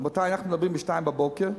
רבותי, אנחנו מדברים ב-02:00.